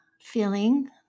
feeling